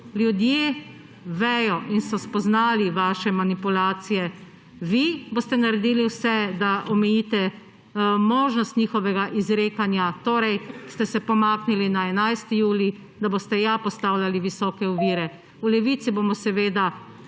ljudje vejo in so spoznali vaše manipulacije, vi boste naredili vse, da omejite možnost njihovega izrekanja; torej ste se pomaknili na 11. julij, da boste ja postavljali visoke ovire. V Levici bomo seveda